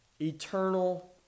eternal